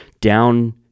down